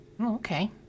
Okay